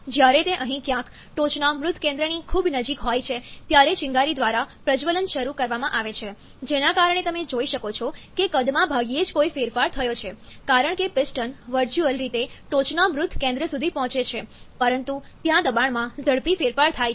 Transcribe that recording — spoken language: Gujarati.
જ્યારે તે અહીં ક્યાંક ટોચના મૃત કેન્દ્રની ખૂબ નજીક હોય છે ત્યારે ચિનગારી દ્વારા પ્રજ્વલન શરૂ કરવામાં આવે છે જેના કારણે તમે જોઈ શકો છો કે કદમાં ભાગ્યે જ કોઈ ફેરફાર થયો છે કારણ કે પિસ્ટન વર્ચ્યુઅલ રીતે ટોચના મૃત કેન્દ્ર સુધી પહોંચે છે પરંતુ ત્યાં દબાણમાં ઝડપી ફેરફાર થાય છે